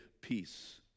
peace